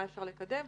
מה אפשר לקדם,